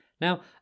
Now